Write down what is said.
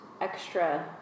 extra